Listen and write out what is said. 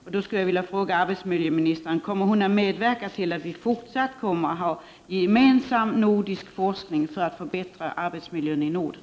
Min andra fråga blir då: Kommer arbetsmarknadsministern att medverka till att vi kan fortsätta att bedriva en gemensam nordisk forskning för att förbättra arbetsmiljön i Norden.